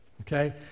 okay